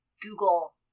Google